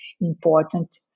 important